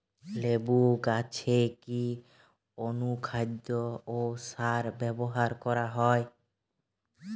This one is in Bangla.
লেবু গাছে কি অনুখাদ্য ও সার ব্যবহার করা হয়?